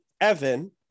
Evan